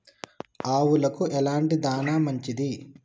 ఆవులకు ఎలాంటి దాణా మంచిది?